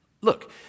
Look